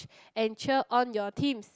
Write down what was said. and cheer on your teams